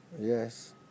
Yes